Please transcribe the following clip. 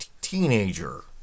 teenager